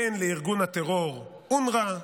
בין שלארגון הטרור אונר"א,